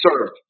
served